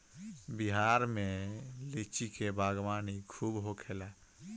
बिहार में लीची के बागवानी खूब होखेला